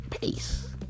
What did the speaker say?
peace